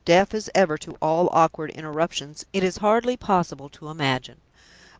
deaf as ever to all awkward interruptions, it is hardly possible to imagine!